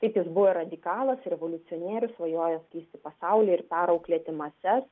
taip jis buvo radikalas revoliucionierius svajojęs keisti pasaulį ir perauklėti mases